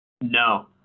No